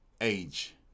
age